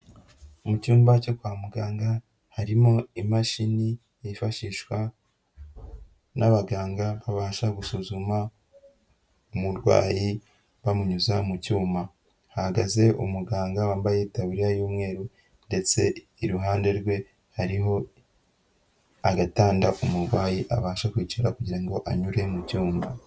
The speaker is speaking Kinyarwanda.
Mu cyumba cyo kwa muganga, harimo imashini yifashishwa, n'abaganga babasha gusuzuma umurwayi, bamunyuza mu cyuma. Hahagaze umuganga wambaye itaburiya y'umweru, ndetse iruhande rwe hariho agatanda umurwayi abasha kwicara kugira ngo anyure mu cyuma.